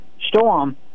storm